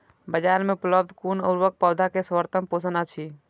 बाजार में उपलब्ध कुन उर्वरक पौधा के सर्वोत्तम पोषक अछि?